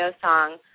song